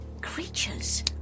creatures